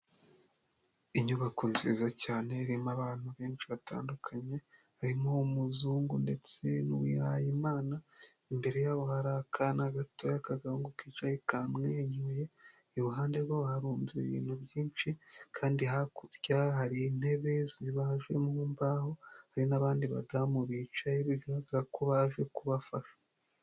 Inyubako nziza cyane irimo abantu benshi batandukanye, harimo uw'umuzungu ndetse n'uwihayimana, imbere yabo hari akana gatoya k'akahungu kicaye kamwenyuye, iruhande rwabo harunze ibintu byinshi, kandi hakurya hari intebe zibajwe mu mbaho, hari n'abandi badamu bicaye bigaragara ko baje kubafasha.